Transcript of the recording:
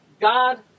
God